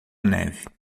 neve